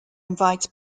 invites